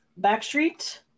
Backstreet